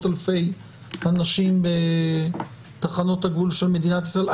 אלפי אנשים בתחנות הגבול של מדינת ישראל.